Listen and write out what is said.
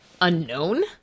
unknown